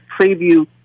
preview